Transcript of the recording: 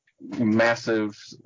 massive